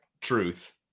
truth